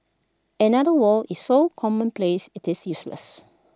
another world is so commonplace IT is useless